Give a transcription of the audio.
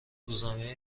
روزنامه